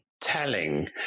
telling